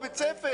בית ספר יסודי.